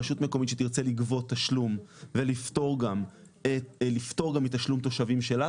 רשות מקומית שתרצה לגבות תשלום ולפטור גם מתשלום תושבים שלה,